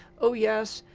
oh, yes,